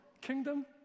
kingdom